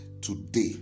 today